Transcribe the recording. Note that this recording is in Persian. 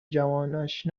جوانش